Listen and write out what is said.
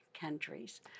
countries